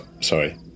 Sorry